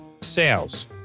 sales